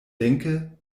denke